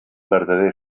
verdader